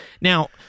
now